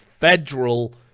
federal